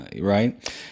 right